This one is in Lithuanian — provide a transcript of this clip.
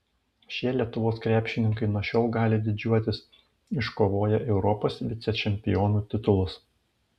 šie lietuvos krepšininkai nuo šiol gali didžiuotis iškovoję europos vicečempionų titulus